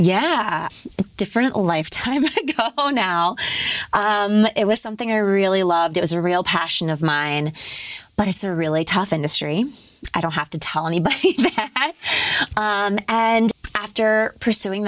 yeah different lifetime oh now it was something i really loved it was a real passion of mine but it's a really tough industry i don't have to tell anybody and after pursuing